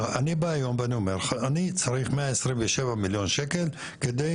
אני באה היום ואני אומר: אני צריך 127 מיליון שקל כדי